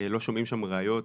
לא שומעים שם ראיות,